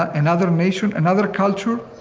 ah another nation, another culture?